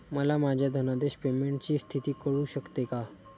मला माझ्या धनादेश पेमेंटची स्थिती कळू शकते का?